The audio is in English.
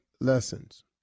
lessons